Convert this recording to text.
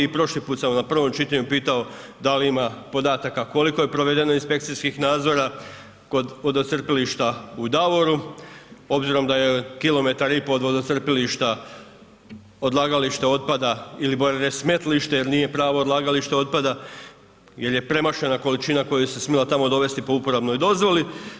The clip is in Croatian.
I prošli put sam na prvom čitanju pitao da li ima podataka koliko je provedeno inspekcijskih nadzora, kod vodocrpilišta u Davoru obzirom da je kilometar i pol od vodocrpilišta odlagalište otpada ili bolje reći smetlište jer nije pravo odlagalište otpada jer je premašena količina koja se smjela tamo dovesti po uporabnoj dozvoli.